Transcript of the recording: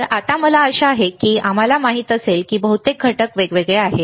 तर आता मला आशा आहे की आम्हाला माहित असेल की बहुतेक घटक वेगळे घटक आहेत